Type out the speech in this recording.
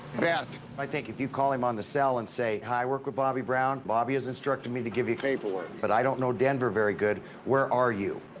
beth, i think if you call him on the cell and say, i work with bobby brown. bobby has instructed me to give you paperwork. but i don't know denver very good, where are you?